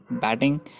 batting